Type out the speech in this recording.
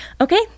Okay